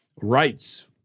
Rights